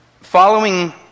Following